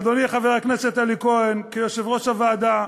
אדוני חבר הכנסת אלי כהן, כיושב-ראש הוועדה,